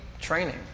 training